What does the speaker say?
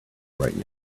right